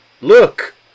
Look